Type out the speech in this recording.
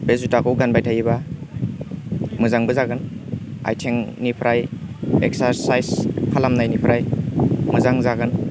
बे जुटाखौ गानबाय थायोब्ला मोजांबो जागोन आइथिंनिफ्राय एक्सारसाइस खालामनायनिफ्राय मोजां जागोन